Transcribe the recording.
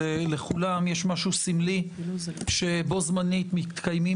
לכולם יש משהו סמלי שבו זמנית מתקיימים